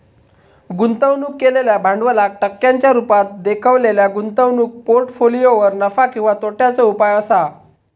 गुंतवणूक केलेल्या भांडवलाक टक्क्यांच्या रुपात देखवलेल्या गुंतवणूक पोर्ट्फोलियोवर नफा किंवा तोट्याचो उपाय असा